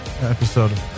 episode